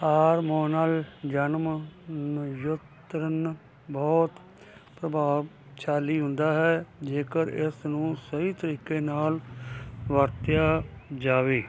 hormonal ਜਨਮ ਨਿਯੰਤਰਣ ਬਹੁਤ ਪ੍ਰਭਾਵਸ਼ਾਲੀ ਹੁੰਦਾ ਹੈ ਜੇਕਰ ਇਸ ਨੂੰ ਸਹੀ ਤਰੀਕੇ ਨਾਲ ਵਰਤਿਆ ਜਾਵੇ